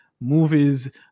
movies